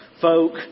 Folk